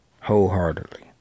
Wholeheartedly